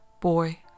Boy